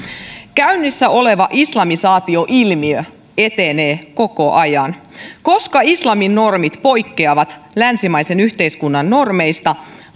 käynnissä oleva islamisaatioilmiö etenee koko ajan koska islamin normit poikkeavat länsimaisen yhteiskunnan normeista